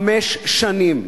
חמש שנים,